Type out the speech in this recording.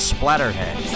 Splatterhead